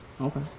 okay